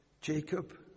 Jacob